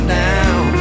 down